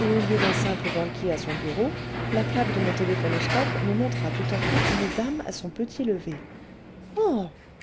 et au lieu d'un simple banquier à son bureau la plaque de mon téléphonoscope me montra tout à coup une dame à son petit lever oh